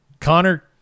Connor